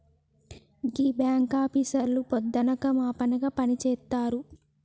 గీ బాంకాపీసర్లు పొద్దనక మాపనక పనిజేత్తరు